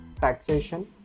taxation